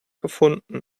gefunden